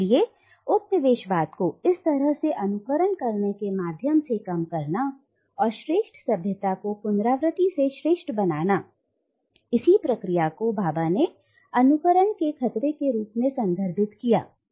इसलिए उपनिवेशवाद को इस तरह से अनुकरण के माध्यम से कम करना और श्रेष्ठ सभ्यता को पुनरावृति से श्रेष्ठ बनाना इसी प्रक्रिया को भाभा ने अनुकरण के खतरे के रूप में संदर्भित किया है